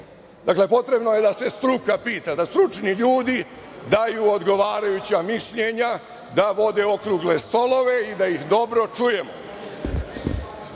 Dakle, potrebno je da stručni ljudi daju odgovarajuća mišljenja, da vode okrugle stolove i da ih dobro čujemo. Imao